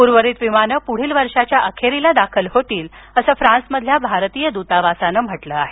उर्वरित विमाने पुढील वर्षीच्या अखेरीस दाखल होतील असं फ्रान्समधील भारतीय द्तावासाने सांगितलं आहे